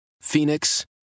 Phoenix